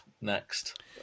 next